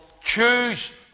Choose